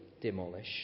demolish